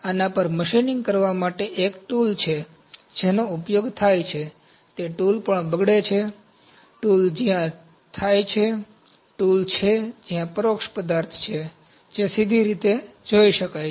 આના પર machining machining કરવા માટે એક ટૂલ છે જેનો ઉપયોગ થાય છે તે ટૂલ પણ બગડે છે ટૂલ જ્યાં થાય છે ટૂલ છે જ્યાં પરોક્ષ પદાર્થ છે જે સીધી રીતે જોઈ શકાય છે